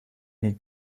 niet